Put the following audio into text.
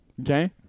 okay